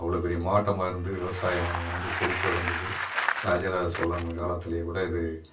அவ்வளோ பெரிய மாவட்டமாக இருந்து விவசாயம் வந்து செழித்து வளர்ந்தது ராஜராஜ சோழன் இருந்த காலத்துலயே கூட இது